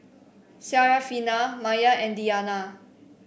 Syarafina Maya and Diyana